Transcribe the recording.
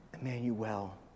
Emmanuel